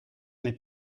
n’est